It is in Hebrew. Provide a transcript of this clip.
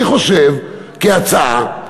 אני חושב, כהצעה,